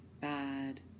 bad